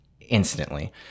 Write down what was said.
instantly